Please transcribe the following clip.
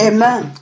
Amen